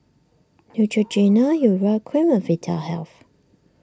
Neutrogena Urea Cream and Vitahealth